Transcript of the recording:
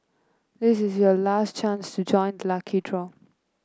this is your last chance to join the lucky draw